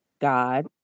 God